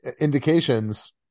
indications